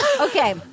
Okay